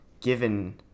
given